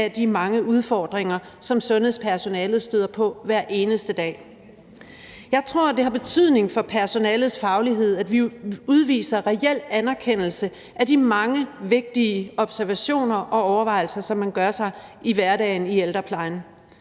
af de mange udfordringer, som sundhedspersonalet støder på hver eneste dag. Jeg tror, det har betydning for personalets faglighed, at vi udviser reel anerkendelse af de mange vigtige observationer og overvejelser, som man gør sig i hverdagen i ældreplejen.